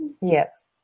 Yes